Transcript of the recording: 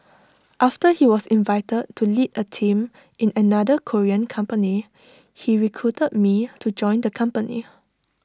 after he was invited to lead A team in another Korean company he recruited me to join the company